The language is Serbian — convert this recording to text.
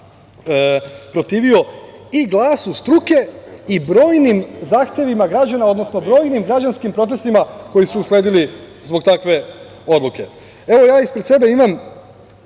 protivio i glasu struke i brojnim zahtevima građana, odnosno brojnim građanskim protestima koji su usledili zbog takve odluke. Evo, ja ispred sebe imam